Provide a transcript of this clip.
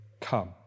come